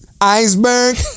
Iceberg